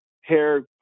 hair